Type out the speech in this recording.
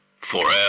Forever